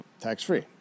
Tax-free